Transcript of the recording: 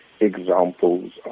examples